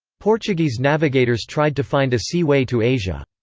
portuguese navigators tried to find a sea way to asia.